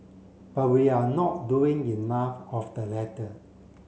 but we are not doing enough of the letter